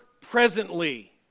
presently